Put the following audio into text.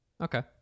Okay